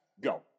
go